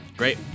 great